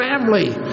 family